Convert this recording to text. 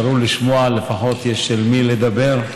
לשמוע, לפחות יש אל מי לדבר.